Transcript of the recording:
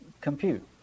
compute